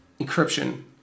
encryption